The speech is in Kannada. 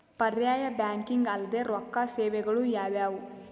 ಪರ್ಯಾಯ ಬ್ಯಾಂಕಿಂಗ್ ಅಲ್ದೇ ರೊಕ್ಕ ಸೇವೆಗಳು ಯಾವ್ಯಾವು?